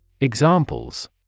Examples